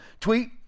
tweet